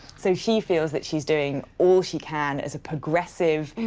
so she feels that she's doing all she can as a progressive,